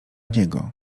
niego